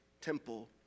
temple